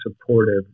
supportive